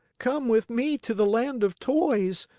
come with me to the land of toys.